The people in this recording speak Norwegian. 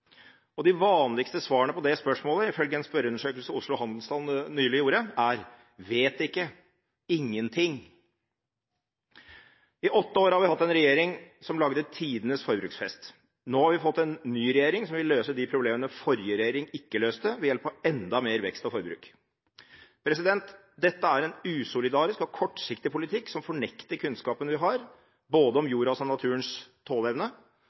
jul? De vanligste svarene på det spørsmålet, ifølge en spørreundersøkelse Oslo handelsstand nylig gjorde, er: Vet ikke – ingenting. I åtte år har vi hatt en regjering som lagde tidenes forbruksfest. Nå har vi fått en ny regjering som vil løse de problemene den forrige regjering ikke løste, ved hjelp av enda mer vekst og forbruk. Dette er en usolidarisk og kortsiktig politikk som fornekter kunnskapen vi har om både jordens og naturens tåleevne